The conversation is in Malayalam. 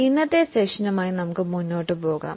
ഇന്നത്തെ സെഷനുമായി നമുക്ക് മുന്നോട്ട് പോകാം